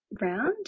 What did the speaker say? round